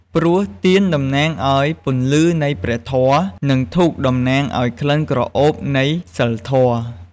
ព្រោះទៀនតំណាងឱ្យពន្លឺនៃព្រះធម៌ និងធូបតំណាងឱ្យក្លិនក្រអូបនៃសីលធម៌។